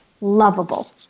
lovable